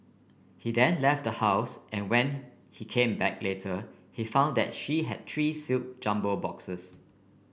he then left the house and when he came back later he found that she had three sealed jumbo boxes